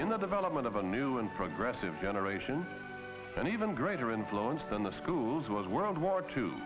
the development of a new and progressive generation and even greater influence than the schools was world war two